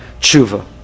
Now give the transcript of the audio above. tshuva